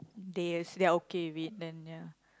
they they are okay with it then ya